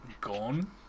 Gone